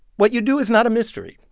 what you do is not a mystery.